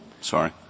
Sorry